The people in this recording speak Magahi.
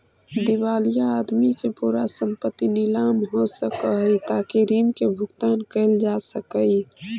दिवालिया आदमी के पूरा संपत्ति नीलाम हो सकऽ हई ताकि ऋण के भुगतान कैल जा सकई